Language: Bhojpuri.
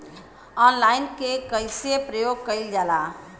ऑनलाइन के कइसे प्रयोग कइल जाला?